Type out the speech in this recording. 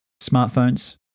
smartphones